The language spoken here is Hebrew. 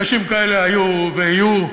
אנשים כאלה היו ויהיו.